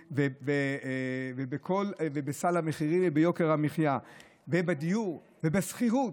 ובסל המחירים וביוקר המחיה ובדיור ובשכירות.